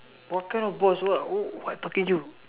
what kind of boss what wh~ what talking you